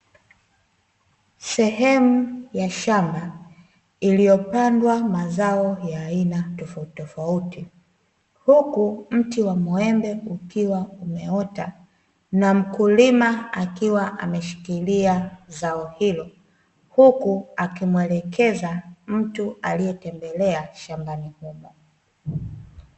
Sehemu ya shamba iliyopandwa mazao ya aina tofautitofauti, huku mti wa mwembe ukiwa umeota na mkulima akiwa ameshikilia zao hilo, huku akimwelekeza mtu aliyetembelea shambani humo.